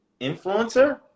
influencer